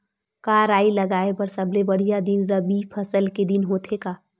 का राई लगाय बर सबले बढ़िया दिन रबी फसल के दिन होथे का?